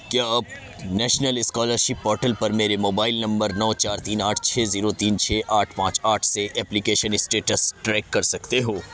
کیا آپ national scholarship portal پر میرے موبائل نمبر نو چار تین آٹھ چھ زیرو تین چھ آٹھ پانچ آٹھ سے ایپلیکیشن اسٹیٹس ٹریک کر سکتے ہو